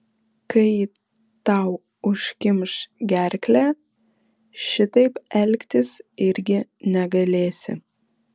kai tau užkimš gerklę šitaip elgtis irgi negalėsi